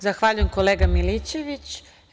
Zahvaljujem, kolega Milićeviću.